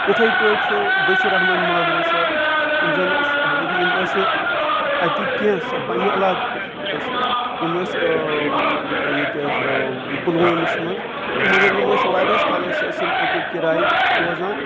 اِتھَے پٲٹھۍ چھُ بٔشیٖر احمد ماگرے صٲب یِم زَنہٕ أسۍ حالانٛکہِ یِم ٲسۍ نہٕ اَتِکۍ کینٛہہ سُہ پنٛنہِ علاقٕکۍ ٲسۍ یہِ یِم ٲسۍ ییٚتہِ حظ پُلوٲمِس منٛز تہٕ مگر یِم ٲسۍ واریَہَس کالَس ٲسۍ یِم اَتہِ کِرایہِ روزان